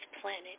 planet